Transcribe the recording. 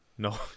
No